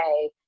okay